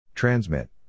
Transmit